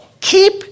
keep